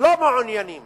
לא מעוניינים